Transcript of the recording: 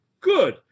good